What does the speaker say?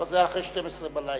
זה היה אחרי שתים-עשרה בלילה.